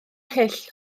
hyll